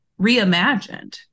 reimagined